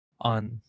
on